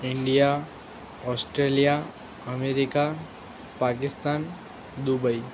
India Australia America Pakistan Dubai